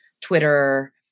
Twitter